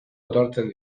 etortzen